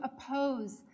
oppose